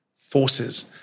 forces